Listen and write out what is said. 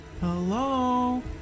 Hello